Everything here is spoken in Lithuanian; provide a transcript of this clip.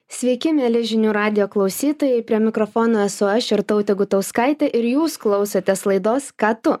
sveiki mieli žinių radijo klausytojai prie mikrofono esu aš irtautė gutauskaitė ir jūs klausotės laidos ką tu